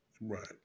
Right